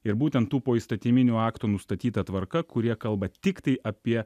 ir būtent tų poįstatyminių aktų nustatyta tvarka kurie kalba tiktai apie